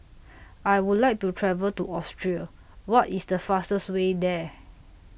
I Would like to travel to Austria What IS The fastest Way There